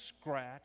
scratch